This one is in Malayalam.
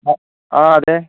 ആഹ് അതെ